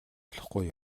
болохгүй